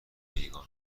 ریگان